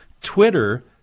Twitter